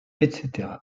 etc